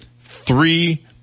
Three